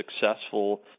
successful